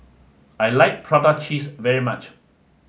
I like Prata Cheese very much